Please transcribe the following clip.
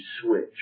switch